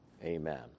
Amen